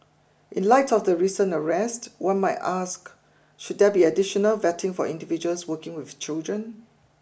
in light of the recent arrest one might ask should there be additional vetting for individuals working with children